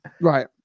Right